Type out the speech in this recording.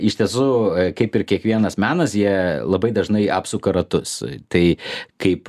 iš tiesų kaip ir kiekvienas menas jie labai dažnai apsuka ratus tai kaip